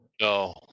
No